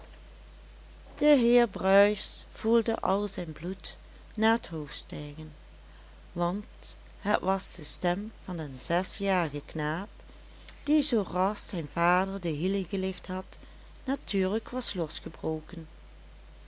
de heer bruis voelde al zijn bloed naar t hoofd stijgen want het was de stem van den zesjarigen knaap die zooras zijn vader de hielen gelicht had natuurlijk was losgebroken